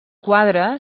quadre